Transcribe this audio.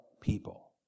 people